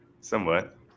somewhat